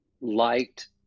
liked